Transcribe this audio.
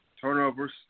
Turnovers